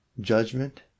judgment